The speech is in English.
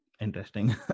Interesting